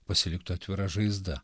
pasiliktų atvira žaizda